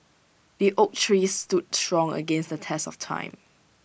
the oak tree stood strong against the test of time